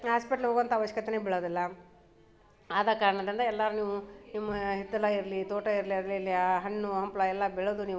hospital ಹೋಗುವಂಥ ಅವಶ್ಯಕತೆನೇ ಬೀಳೋದಿಲ್ಲ ಆದ ಕಾರಣದಿಂದ ಎಲ್ಲರೂ ನೀವು ನಿಮ್ಮ ಹಿತ್ತಲು ಇರಲಿ ತೋಟ ಇರಲಿ ಅಲ್ಲಿ ಇಲ್ಲಿ ಆ ಹಣ್ಣು ಹಂಪ್ಲು ಎಲ್ಲ ಬೆಳೆದು ನೀವು